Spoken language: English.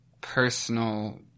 personal